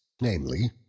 namely